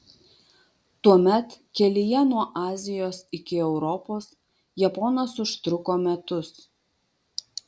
tuomet kelyje nuo azijos iki europos japonas užtruko metus